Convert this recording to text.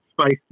spice